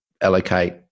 allocate